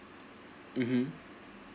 (uh huh)